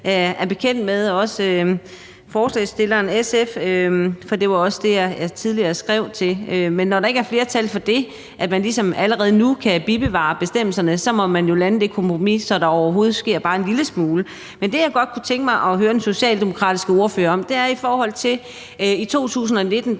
er bekendt med, for det var også det, jeg tidligere skrev. Men når der ikke er flertal for det, og man ligesom allerede nu kan sige, at man vil bevare bestemmelserne, så må man jo lande et kompromis, så der i hvert fald sker bare en lille smule. Det, jeg godt kunne tænke mig høre den socialdemokratiske ordfører om, er, at der i 2019